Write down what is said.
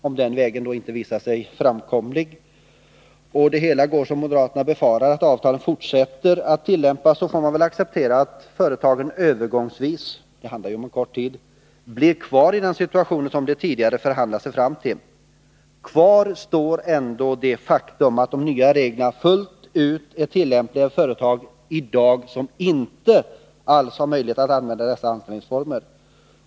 Om den vägen inte visar sig framkomlig och det går som moderaterna befarar, dvs. att avtalen fortsätter att tillämpas, så får man väl acceptera att företagen övergångsvis — det rör sig ju om en kort tid — får leva vidare med vad de tidigare har förhandlat sig fram till. Kvar står ändå det faktum att de nya reglerna är tillämpliga fullt ut för de företag som i dag inte har möjlighet att använda sig av dessa anställningsformer.